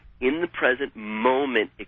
in-the-present-moment